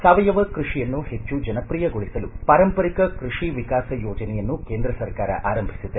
ಸಾವಯವ ಕೃಷಿಯನ್ನು ಹೆಚ್ಚು ಜನಪ್ರಿಯಗೊಳಿಸಲು ಪಾರಂಪರಿಕ ಕೃಷಿ ವಿಕಾಸ ಯೋಜನೆಯನ್ನು ಕೇಂದ್ರ ಆರಂಭಿಸಿದೆ